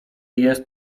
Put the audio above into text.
jest